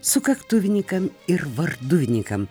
sukaktuvinykam ir varduvinykam